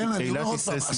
אילת היא ססמית.